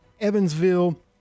Evansville